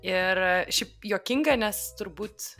ir šiaip juokinga nes turbūt